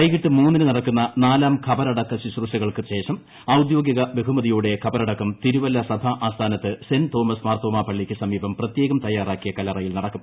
വൈകിട്ട് മൂന്നിന് നടക്കുന്ന നാലാം കബറടക്ക ശ്രുശ്രൂഷകൾക്ക് ശേഷം ഔദ്യോഗിക ബഹുമതിയോടെ കബറടക്കം തിരുവല്ല സഭാ ആസ്ഥാനത്ത് സെന്റ് തോമസ് മാർത്തോമാ പള്ളിക്ക് സമീപം പ്രത്യേകം തയാറാക്കിയ കല്ലറയിൽ നടക്കും